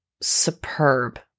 superb